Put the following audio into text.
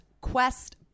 quest